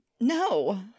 no